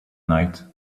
night